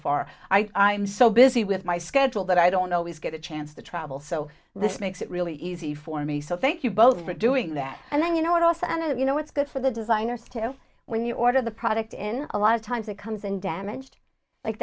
far i'm so busy with my schedule that i don't always get a chance to travel so this makes it really easy for me so thank you both for doing that and then you know what else and you know what's good for the designers to you when you order the product in a lot of times it comes in damaged like